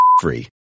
free